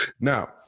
Now